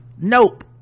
nope